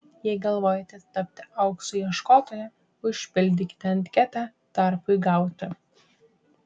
jei galvojate tapti aukso ieškotoja užpildykite anketą darbui gauti